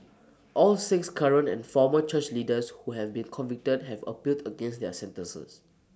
all six current and former church leaders who have been convicted have appealed against their sentences